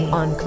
on